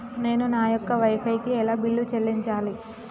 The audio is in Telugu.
నేను నా యొక్క వై ఫై కి ఎలా బిల్లు చెల్లించాలి?